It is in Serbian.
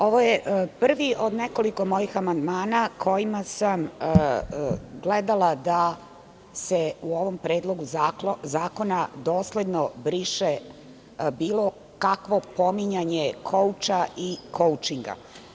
Ovo je prvi od nekoliko mojih amandmana kojima sam gledala da se u ovom predlogu zakona dosledno briše bilo kakvo pominjanje „kouča“ i „koučinga“